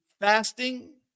Fasting